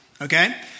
okay